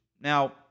Now